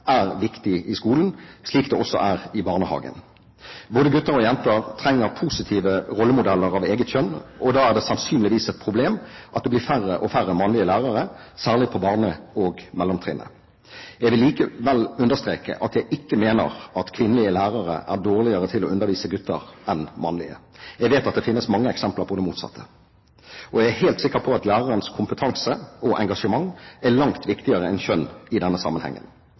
er viktig i skolen, slik det også er i barnehagen. Både gutter og jenter trenger positive rollemodeller av eget kjønn, og da er det sannsynligvis et problem at det blir færre og færre mannlige lærere, særlig på barne- og mellomtrinnet. Jeg vil likevel understreke at jeg ikke mener at kvinnelige lærere er dårligere til å undervise gutter enn mannlige. Jeg vet at det finnes mange eksempler på det motsatte. Og jeg er helt sikker på at lærerens kompetanse og engasjement er langt viktigere enn kjønn i denne sammenhengen.